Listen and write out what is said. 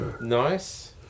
Nice